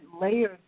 layers